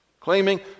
claiming